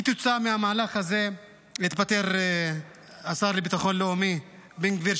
כתוצאה מהמהלך הזה התפטר השר לביטחון לאומי בן גביר,